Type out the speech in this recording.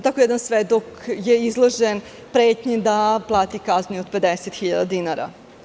Tako je jedan svedok izložen pretnji da plati kaznu i od 50 hiljada dinara.